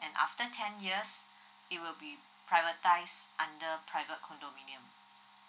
and after ten years it will be privatise under private condominium